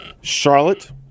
Charlotte